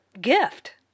gift